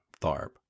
Tharp